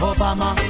Obama